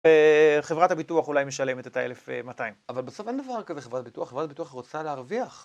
חברת הביטוח אולי משלמת את ה-1200. אבל בסוף אין דבר כזה, חברת הביטוח רוצה להרוויח.